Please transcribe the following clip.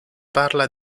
parla